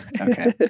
okay